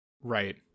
Right